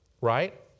right